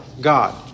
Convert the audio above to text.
God